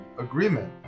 agreement